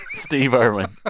steve irwin